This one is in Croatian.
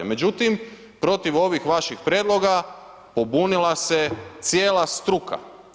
Međutim, protiv ovih vaših prijedloga pobunila se cijela struka.